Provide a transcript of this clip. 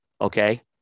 Okay